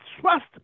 trust